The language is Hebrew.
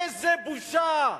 איזו בושה.